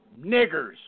niggers